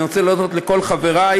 אני רוצה להודות לכל חברי.